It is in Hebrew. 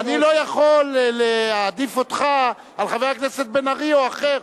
אני לא יכול להעדיף אותך על חבר הכנסת בן-ארי או אחר.